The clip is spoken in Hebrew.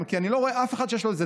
כי אני לא רואה אף אחד שיש לו איזה